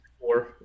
four